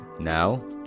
Now